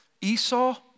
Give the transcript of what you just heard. Esau